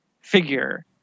figure